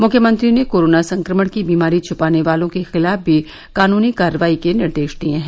मुख्यमंत्री ने कोरोना संक्रमण की बीमारी छुपाने वालों के खिलाफ भी कानूनी कार्रवाई के निर्देश दिए हैं